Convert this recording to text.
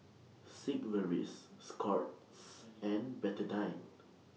Sigvaris Scott's and Betadine